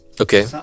Okay